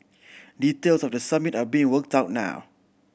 details of the Summit are being worked out now